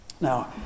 Now